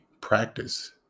practice